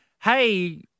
hey